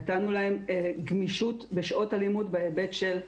נתנו להן גמישות בשעות הלימוד בהיבט של,